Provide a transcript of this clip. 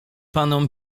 panom